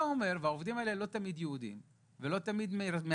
העובדים הם לא תמיד יהודים ולא מארצנו,